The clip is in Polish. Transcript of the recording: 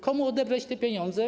Komu odebrać pieniądze?